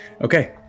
okay